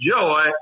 joy